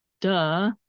Duh